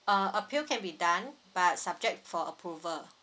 uh appeal can be done but subject for approval